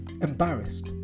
Embarrassed